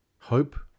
hope